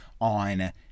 on